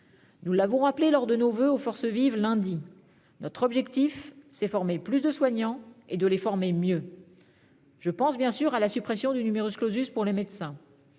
nous l'avons rappelé lors de nos voeux aux forces vives, lundi -est de former plus de soignants et de les former mieux. Je pense bien sûr à la suppression du pour les médecins.